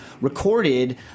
recorded